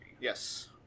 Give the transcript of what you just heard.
Yes